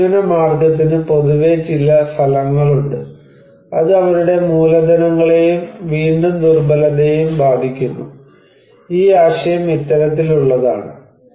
ആ ഉപജീവനമാർഗ്ഗത്തിന് പൊതുവെ ചില ഫലങ്ങളുണ്ട് അത് അവരുടെ മൂലധനങ്ങളെയും വീണ്ടും ദുർബലതയെയും ബാധിക്കുന്നു ഈ ആശയം ഇത്തരത്തിലുള്ളതാണ്